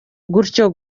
gutyo